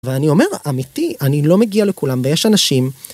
ואני אומר אמיתי, אני לא מגיע לכולם, ויש אנשים...